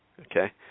Okay